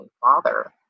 father